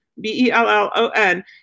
B-E-L-L-O-N